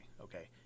Okay